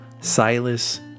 Silas